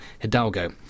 Hidalgo